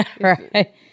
Right